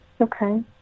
Okay